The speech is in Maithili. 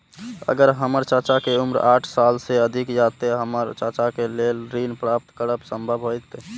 अगर हमर चाचा के उम्र साठ साल से अधिक या ते हमर चाचा के लेल ऋण प्राप्त करब संभव होएत?